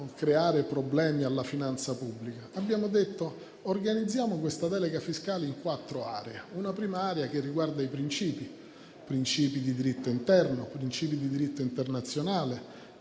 creare problemi alla finanza pubblica. Abbiamo organizzato questa delega fiscale in quattro aree. Una prima area che riguarda i principi, quelli di diritto interno e quelli di diritto internazionale.